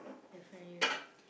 definitely no